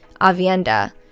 Avienda